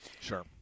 Sure